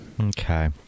Okay